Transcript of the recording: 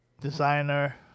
designer